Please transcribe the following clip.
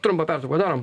trumpą pertrauką padarom